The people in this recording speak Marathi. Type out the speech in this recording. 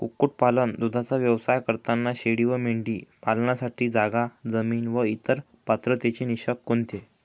कुक्कुटपालन, दूधाचा व्यवसाय करताना शेळी व मेंढी पालनासाठी जागा, जमीन व इतर पात्रतेचे निकष कोणते?